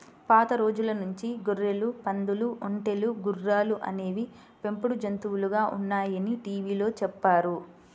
పాత రోజుల నుంచి గొర్రెలు, పందులు, ఒంటెలు, గుర్రాలు అనేవి పెంపుడు జంతువులుగా ఉన్నాయని టీవీలో చెప్పారు